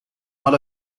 not